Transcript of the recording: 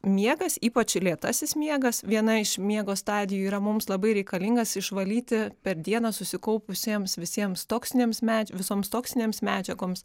miegas ypač lėtasis miegas viena iš miego stadijų yra mums labai reikalingas išvalyti per dieną susikaupusiems visiems toksinėms visoms toksinėms medžiagoms